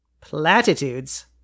Platitudes